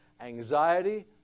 Anxiety